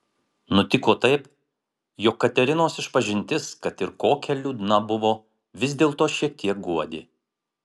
nutiko taip jog katerinos išpažintis kad ir kokia liūdna buvo vis dėlto šiek tiek guodė